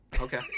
okay